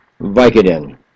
Vicodin